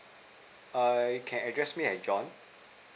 err can address me as john